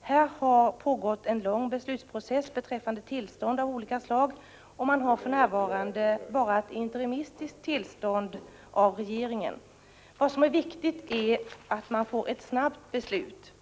Här har länge pågått en beslutsprocess beträffande tillstånd av olika slag, och man har för närvarande bara ett interimistiskt tillstånd av regeringen. Vad som är viktigt är att man får ett snabbt beslut.